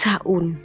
Sa'un